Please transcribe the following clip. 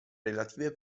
relative